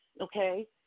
okay